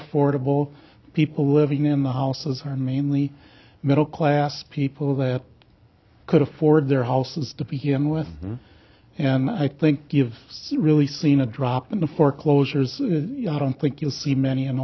affordable people living in the houses are mainly middle class people that could afford their houses to begin with and i think gives you really seen a drop in the foreclosures you know i don't think you'll see many in